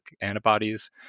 antibodies